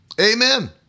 Amen